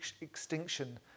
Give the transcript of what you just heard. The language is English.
extinction